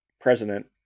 president